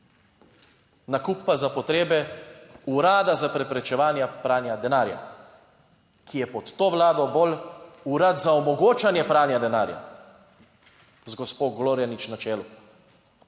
nakup pa za potrebe Urada za preprečevanje pranja denarja, ki je pod to vlado bolj Urad za omogočanje pranja denarja z gospo Glorjanič na čelu,